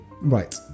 right